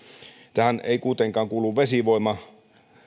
tähän ei kuitenkaan kuulu vesivoima